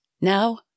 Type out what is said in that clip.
Now